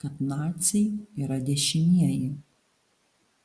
kad naciai yra dešinieji